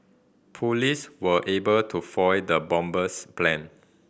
police were able to foil the bomber's plan